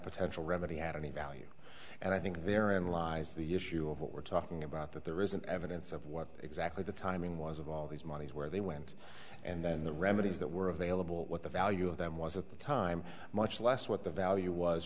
potential remedy had any value and i think therein lies the issue of what we're talking about that there isn't evidence of what exactly the timing was of all these monies where they went and then the remedies that were available what the value of them was at the time much less what the value was